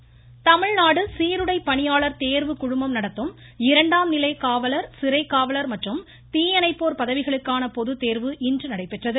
தேர்வு தமிழ்நாடு சீருடை பணியாளர் தேர்வுக்குழுமம் நடத்தும் இரண்டாம் நிலை காவலர் சிறைக்காவலர் மற்றும் தீயணைப்போர் பதவிகளுக்கான பொதுத்தோ்வு இன்று நடைபெற்றது